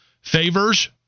favors